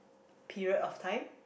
period of time